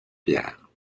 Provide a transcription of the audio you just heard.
pierre